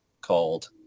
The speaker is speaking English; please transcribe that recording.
called